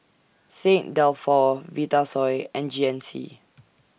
Saint Dalfour Vitasoy and G N C